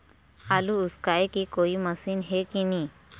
आलू उसकाय के कोई मशीन हे कि नी?